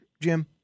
Jim